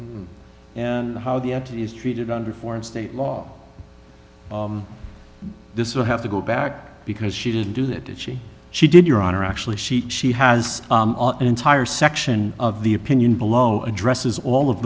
country and how the act is treated under foreign state law this will have to go back because she didn't do that did she she did your honor actually she she has an entire section of the opinion below addresses all of